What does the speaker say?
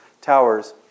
towers